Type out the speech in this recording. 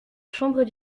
chambre